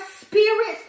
spirits